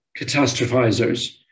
catastrophizers